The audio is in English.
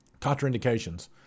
Contraindications